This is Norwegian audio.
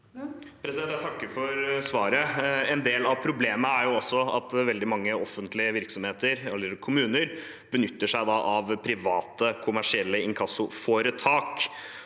Jeg takker for svaret. En del av problemet er også at veldig mange offentlige virksomheter, som kommuner, benytter seg av private, kommersielle inkassoforetak.